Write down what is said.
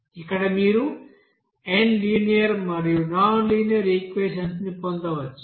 అక్కడ మీరు n linear మరియు నాన్ లీనియర్ ఈక్వెషన్స్ ని పొందవచ్చు